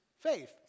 faith